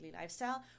lifestyle